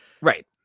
right